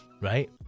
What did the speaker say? right